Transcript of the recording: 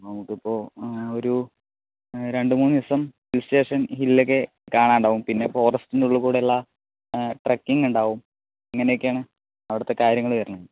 നമുക്കിപ്പോൾ ഒരു രണ്ടു മൂന്ന് ദിവസം ഹിൽ സ്റ്റേഷൻ ഹില്ലൊക്കെ കാണാൻ ഉണ്ടാകും പിന്നെ ഫോറെസ്റ്റിന്റെ ഉള്ളിൽക്കൂടി ഉള്ള ട്രെക്കിംഗ് ഉണ്ടാവും അങ്ങനെയൊക്കെ ആണ് അവിടുത്തെ കാര്യങ്ങൾ വരുന്നത്